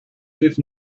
with